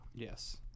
Yes